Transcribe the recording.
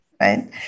Right